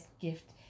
gift